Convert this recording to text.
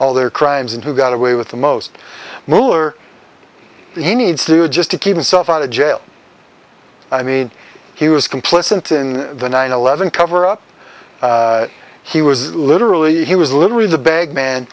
all their crimes and who got away with the most muar he needs to just to keep himself out of jail i mean he was complicit in the nine eleven cover up he was literally he was literally the bag man